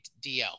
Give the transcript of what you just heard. DL